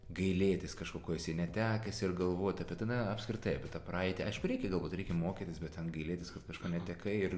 gailėtis kažko ko esi netekęs ir galvot apie tą na apskritai apie tą praeitį aišku reikia galvot reikia mokytis bet ten gailėtis kad kažko netekai ir